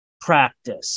practice